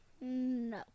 No